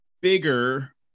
bigger